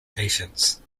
patients